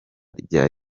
rya